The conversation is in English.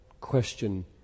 question